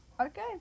Okay